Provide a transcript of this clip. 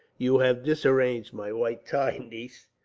you have disarranged my white tie, niece,